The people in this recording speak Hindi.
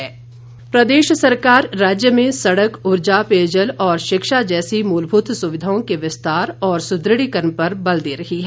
किशन कपूर प्रदेश सरकार राज्य में सड़क ऊर्जा पेयजल और शिक्षा जैसी मुलभूत सुविधाओं के विस्तार और सुदृढ़ीकरण पर बल दे रही है